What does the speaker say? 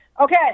okay